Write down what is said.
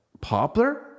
Poplar